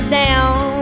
down